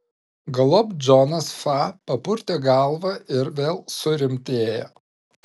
galop džonas fa papurtė galvą ir vėl surimtėjo